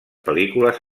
pel·lícules